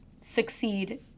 succeed